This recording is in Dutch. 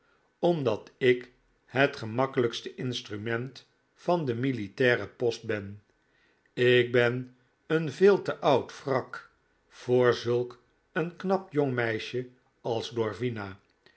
omdat ik het gemakkelijkste instrument van den militairen post ben ik ben een veel te oud wrak voor zulk een knap jong meisje als glorvina